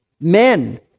men